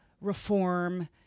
reform